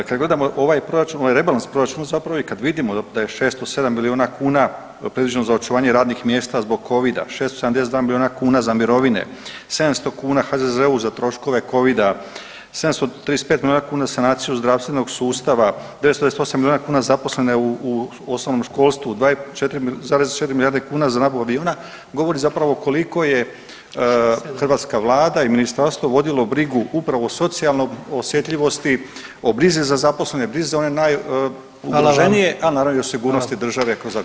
Kad gledamo ovaj proračun, ovo je rebalans proračunu zapravo i kad vidimo da je 607 milijuna kuna predviđeno za očuvanje radnih mjesta zbog covida, 672 milijuna kuna za mirovine, 700 kuna HZZO za troškove covida, 735 milijuna kuna za sanaciju zdravstvenog sustava, 928 milijuna kuna za zaposlene u osnovno školstvu … [[Govornik se ne razumije]] milijarde kuna za nabavu aviona, govori zapravo koliko je hrvatska vlada i ministarstvo vodilo brigu upravo o socijalnoj osjetljivosti, o brizi za zaposlene, brizi za one najugroženije [[Upadica: Hvala vam]] a naravno i o sigurnosti države kroz avione.